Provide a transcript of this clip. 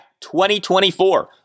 2024